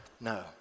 No